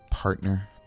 Partner